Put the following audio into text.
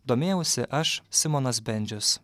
domėjausi aš simonas bendžius